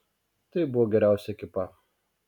tai buvo geriausia ekipa